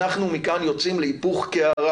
אנחנו מכאן יוצאים להיפוך קערה,